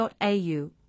au